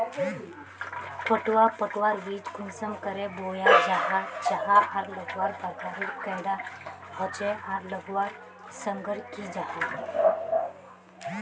पटवा पटवार बीज कुंसम करे बोया जाहा जाहा आर लगवार प्रकारेर कैडा होचे आर लगवार संगकर की जाहा?